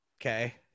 Okay